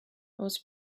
was